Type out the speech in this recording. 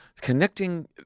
connecting